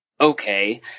okay